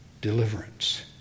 deliverance